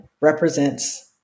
represents